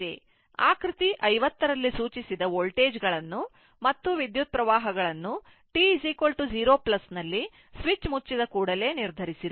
ಆದ್ದರಿಂದ ಆಕೃತಿ 50 ರಲ್ಲಿ ಸೂಚಿಸಿದ ವೋಲ್ಟೇಜ್ಗಳನ್ನು ಮತ್ತು ವಿದ್ಯುತ್ t 0 ನಲ್ಲಿ ಸ್ವಿಚ್ ಮುಚ್ಚಿದ ಕೂಡಲೇ ನಿರ್ಧರಿಸಿರಿ